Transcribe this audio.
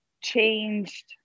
changed